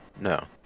no